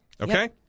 okay